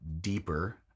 deeper